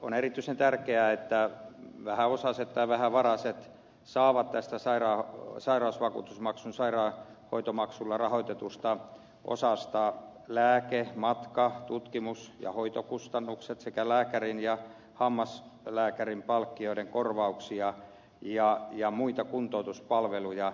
on erityisen tärkeää että vähäosaiset tai vähävaraiset saavat tästä sairausvakuutusmaksun sairaanhoitomaksulla rahoitetusta osasta lääke matka tutkimus ja hoitokustannukset sekä lääkärin ja hammaslääkärinpalkkioiden korvauksia ja muita kuntoutuspalveluja